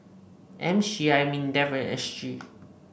M C I Mindefand S C